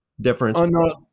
difference